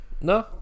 No